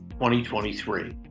2023